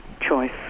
choice